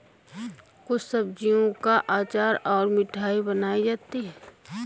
कुछ सब्जियों का अचार और मिठाई बनाई जाती है